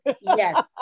Yes